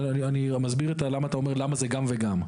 אני מסביר לך למה זה אומר גם וגם.